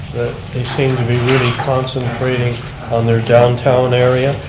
it seemed to be really concentrating on their downtown area.